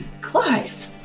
clive